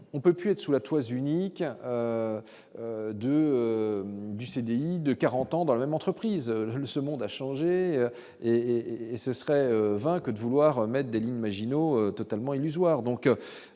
on peut plus sous la toise. Y 2. Du CDI de 40 ans dans la même entreprise ce monde a changé et et ce serait vain que de vouloir commettre des lignes Maginot totalement illusoire,